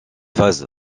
phase